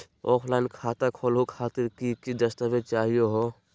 Offline खाता खोलहु खातिर की की दस्तावेज चाहीयो हो?